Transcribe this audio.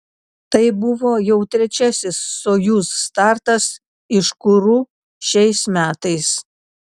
tai buvo jau trečiasis sojuz startas iš kuru šiais metais